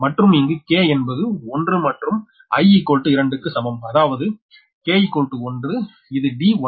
மற்றும் இங்கு k என்பது 1 மற்றும் I2 க்கு சமம் அதாவது k1இது d1m